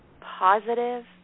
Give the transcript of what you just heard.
positive